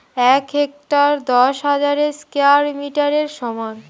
এক হেক্টার দশ হাজার স্কয়ার মিটারের সমান